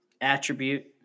attribute